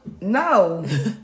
No